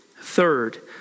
Third